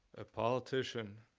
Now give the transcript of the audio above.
a politician,